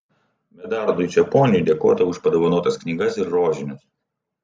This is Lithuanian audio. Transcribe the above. medardui čeponiui dėkota už padovanotas knygas ir rožinius